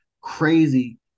crazy